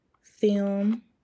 film